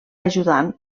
ajudant